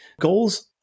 Goals